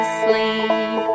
sleep